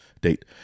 date